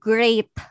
Great